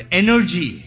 energy